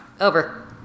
over